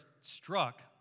struck